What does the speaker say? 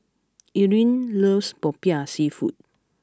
Eryn loves Popiah Seafood